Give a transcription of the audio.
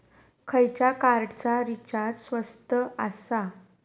खयच्या कार्डचा रिचार्ज स्वस्त आसा?